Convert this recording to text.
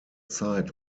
zeit